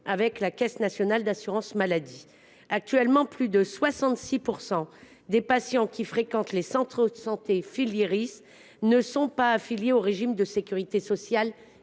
avec la Caisse nationale de l’assurance maladie (Cnam). Plus de 66 % des patients qui fréquentent les centres de santé Filieris ne sont pas affiliés au régime de sécurité sociale